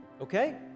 Okay